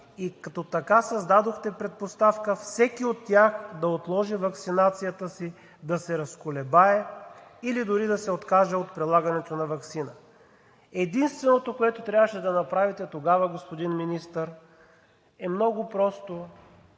като така създадохте предпоставка всеки от тях да отложи ваксинацията си, да се разколебае или дори да се откаже от прилагането на ваксина. Единственото, което трябваше да направите тогава, господин Министър, е много просто